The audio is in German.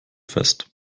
fest